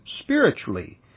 spiritually